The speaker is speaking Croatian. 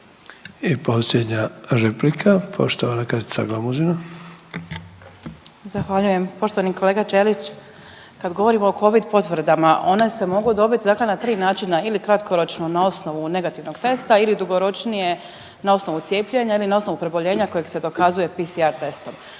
I posljednja replika poštovana Katica Glamuzina. **Glamuzina, Katica (Nezavisni)** Zahvaljujem. Poštovani kolega Ćelić kada govorimo o Covid potvrdama one se mogu dobiti dakle na tri načina, ili kratkoročno na osnovu negativnog testa, ili dugoročnije na osnovu cijepljenja ili na osnovu preboljenja kojeg se dokazuje PCR testom.